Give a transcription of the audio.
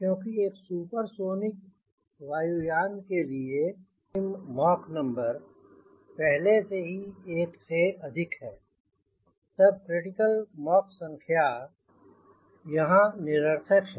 क्योंकि एक सुपरसोनिक वायुयान के लिए फ्री स्ट्रीम मॉक नंबर पहले ही एक से अधिक है तब क्रिटिकल मॉक संख्या यहाँ निरर्थक है